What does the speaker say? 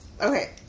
Okay